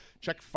Check